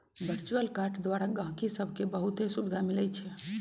virtual card द्वारा गहकि सभके बहुते सुभिधा मिलइ छै